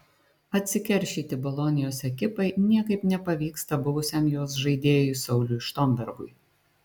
atsikeršyti bolonijos ekipai niekaip nepavyksta buvusiam jos žaidėjui sauliui štombergui